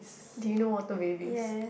did you know water babies